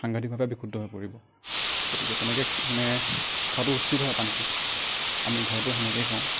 সাংঘাটিকভাৱে বিশুদ্ধ হৈ পৰিব গতিকে তেনেকৈ মানে খোৱাটো উচিত হয় পানীটো আমি ঘৰতো সেনেকৈয়ে খাওঁ